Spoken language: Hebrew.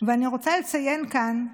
אני רוצה לציין כאן: